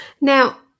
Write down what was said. now